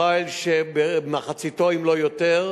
חיל שמחציתו, אם לא יותר,